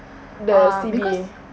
uh because